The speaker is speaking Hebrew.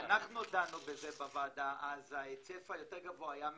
כשדנו בזה בוועדה, ההיצף היותר גבוה היה מיוון.